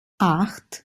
acht